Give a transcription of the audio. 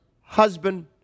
husband